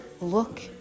look